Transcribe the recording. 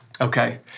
Okay